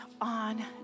on